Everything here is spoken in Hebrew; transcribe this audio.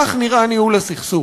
כך נראה ניהול הסכסוך.